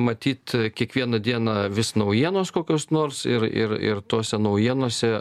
matyt kiekvieną dieną vis naujienos kokios nors ir ir ir tose naujienose